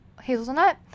hazelnut